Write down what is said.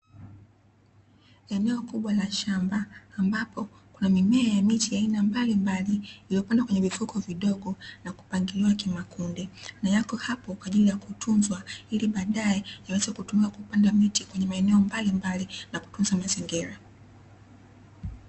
Eneo kubwa la shamba ambapo kuna mimea ya miche ya aina mbalimbali iliyopandwa kwenye vifuko vidogo na kupangiliwa kimakundi, na yako hapo kwa ajili ya kutunzwa ili baadaye yaweze kutumiwa kupanda miti kwenye maeneo mbalimbali na kutunza mazingira.